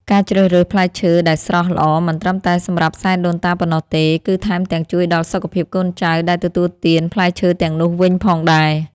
ការជ្រើសរើសផ្លែឈើដែលស្រស់ល្អមិនត្រឹមតែសម្រាប់សែនដូនតាប៉ុណ្ណោះទេគឺថែមទាំងជួយដល់សុខភាពកូនចៅដែលទទួលទានផ្លែឈើទាំងនោះវិញផងដែរ។